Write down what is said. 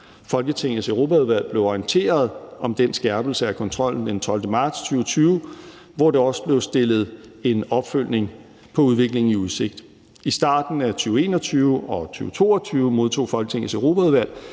Folketingets Europaudvalg blev orienteret om den skærpelse af kontrollen den 12. marts 2020, hvor der også blev stillet en opfølgning på udviklingen i udsigt. I starten af 2021 og 2022 modtog Folketingets Europaudvalg